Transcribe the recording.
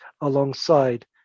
alongside